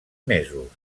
mesos